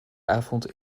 avond